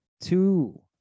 two